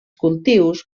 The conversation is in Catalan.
cultius